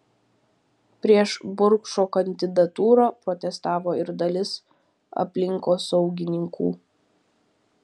prieš burkšo kandidatūrą protestavo ir dalis aplinkosaugininkų